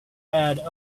add